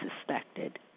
suspected